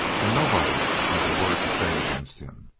and nobody has a word to say against him